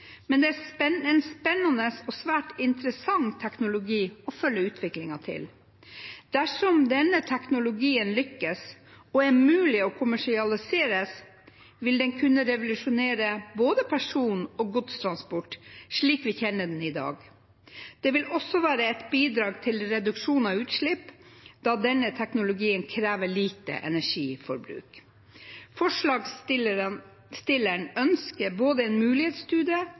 men det er en spennende og svært interessant teknologi å følge utviklingen til. Dersom denne teknologien lykkes og er mulig å kommersialisere, vil den kunne revolusjonere både person- og godstransport slik vi kjenner den i dag. Det vil også være et bidrag til reduksjon av utslipp, da denne teknologien krever lite energiforbruk. Forslagsstilleren ønsker både en mulighetsstudie